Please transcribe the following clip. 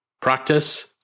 practice